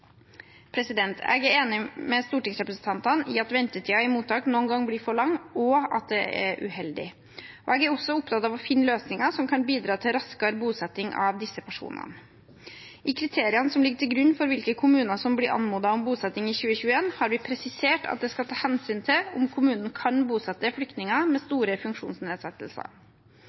Jeg er enig med stortingsrepresentantene i at ventetiden i mottak noen ganger blir for lang, og at det er uheldig. Jeg er også opptatt av å finne løsninger som kan bidra til raskere bosetting av disse personene. I kriteriene som ligger til grunn for hvilke kommuner som blir anmodet om bosetting i 2021, har vi presisert at det skal tas hensyn til om kommunen kan bosette flyktninger med store funksjonsnedsettelser.